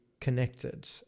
connected